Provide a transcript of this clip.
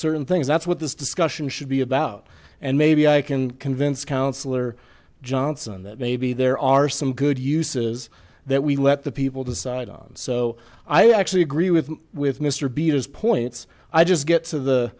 certain things that's what this discussion should be about and maybe i can convince councillor johnson that maybe there are some good uses that we let the people decide on so i actually agree with with mr beater's points i just get to the